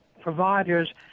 providers